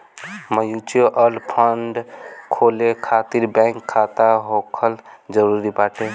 mutual fund खोले खातिर bank खाता होखल जरुरी बाटे